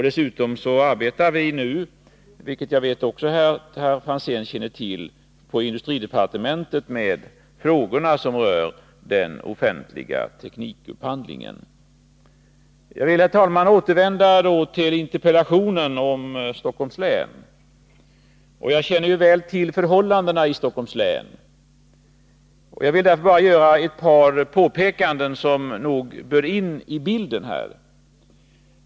Dessutom arbetar vi nu på industridepartementet med frågor som rör den offentliga teknikupphandlingen, vilket jag vet att her Franzén känner till. Jag vill, herr talman, återvända till interpellationen om Stockholms län. Jag känner väl till förhållandena i Stockholms län. Jag vill därför bara göra ett par påpekanden, som nog bör tas med i bilden.